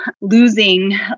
losing